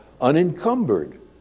unencumbered